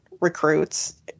recruits